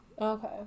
Okay